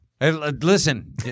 Listen